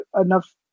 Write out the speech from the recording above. enough